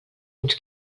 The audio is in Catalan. uns